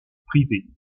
privée